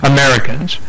Americans